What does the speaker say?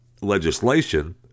legislation